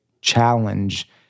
challenge